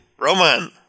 Roman